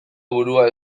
burua